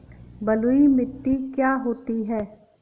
बलुइ मिट्टी क्या होती हैं?